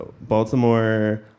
Baltimore